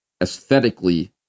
aesthetically